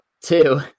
Two